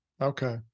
Okay